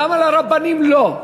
למה הרבנים לא?